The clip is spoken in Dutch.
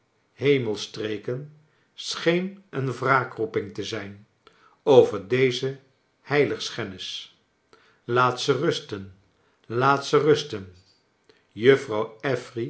hemelstreken scheen een wraakroeping te zijn over deze heiligschennis laat ze rusten laat ze rusten juffrouw